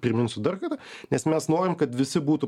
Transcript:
priminsiu dar kartą nes mes norim kad visi būtų